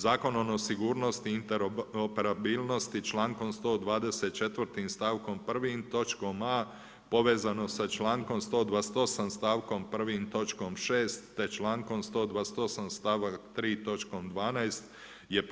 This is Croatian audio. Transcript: Zakon o sigurnosti i interoperabilnosti čl.124., stavkom 1. točkom A. povezano sa čl. 128. stavkom 1. točkom 6. te člankom 128., stavak 3. točkom 12. je